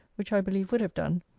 which i believe would have done,